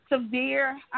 severe